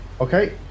Okay